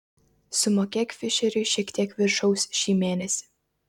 sumokėk fišeriui šiek tiek viršaus šį mėnesį